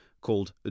called